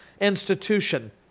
institution